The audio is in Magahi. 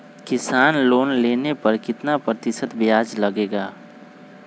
किसान लोन लेने पर कितना प्रतिशत ब्याज लगेगा?